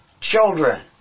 children